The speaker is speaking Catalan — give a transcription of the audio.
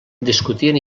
discutien